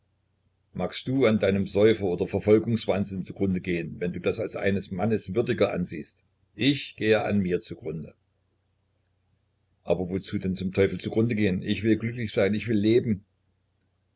magst du an deinem säufer oder verfolgungswahnsinn zu grunde gehen wenn du das als eines mannes würdiger ansiehst ich gehe an mir zu grunde aber wozu denn zum teufel zu grunde gehen ich will glücklich sein ich will leben